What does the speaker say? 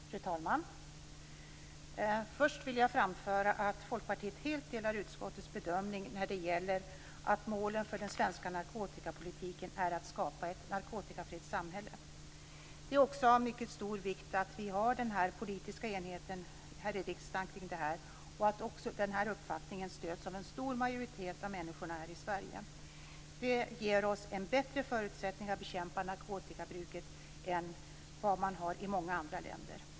Fru talman! Först vill jag framföra att Folkpartiet helt delar utskottets bedömning när det gäller att målet för den svenska narkotikapolitiken är att skapa ett narkotikafritt samhälle. Det är också av mycket stor vikt att vi har en politisk enighet här i riksdagen kring detta och att den uppfattningen stöds av en stor majoritet av människorna i Sverige. Det ger oss en bättre förutsättning att bekämpa narkotikabruket än vad man har i många andra länder.